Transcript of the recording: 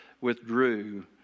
withdrew